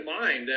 mind